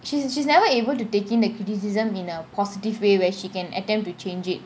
she's she's never able to take in the criticism in a positive way where she can attempt to change it